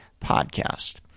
podcast